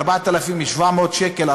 ב-4,700 שקל,